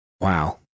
Wow